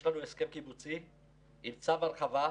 יש לנו הסכם קיבוצי עם צו הרחבה,